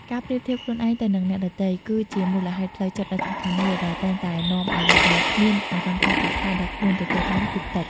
ការប្រៀបធៀបខ្លួនឯងទៅនឹងអ្នកដទៃ គឺជាមូលហេតុផ្លូវចិត្តដ៏សំខាន់មួយដែលតែងតែនាំឲ្យបុគ្គលិកមានអារម្មណ៍ថាប្រាក់ខែដែលខ្លួនទទួលបានគឺតិច។